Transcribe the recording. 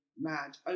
mad